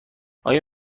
آیا